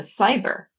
cyber